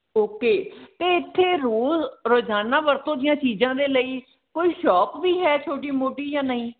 okay ਅਤੇ ਇੱਥੇ rule ਰੋਜਾਨਾ ਵਰਤੋਂ ਦੀਆਂ ਚੀਜਾਂ ਦੇ ਲਈ ਕੋਈ ਸ਼ੌਪ ਵੀ ਹੈ ਛੋਟੀ ਮੋਟੀ ਜ਼ਾਂ ਨਹੀਂ